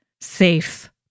safe